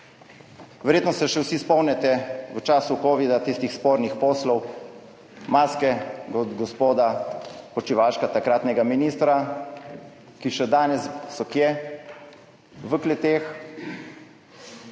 Verjetno se še vsi spomnite v času covida tistih spornih poslov, maske od gospoda Počivalška, takratnega ministra, ki so še danes – kje? V kleteh